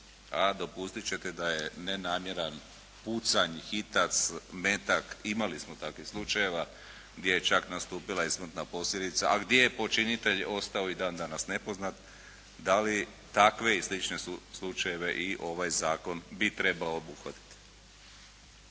a dopustiti ćete da je nenamjeran pucanj, hitac, metak imali smo takvih slučajeva gdje je čak nastupila i smrtna posljedica, a gdje je počinitelj ostao i dan danas nepoznat. Da li takve i slične slučajeve i ovaj zakon bi trebao obuhvatiti?